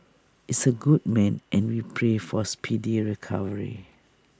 is A good man and we pray for speedy recovery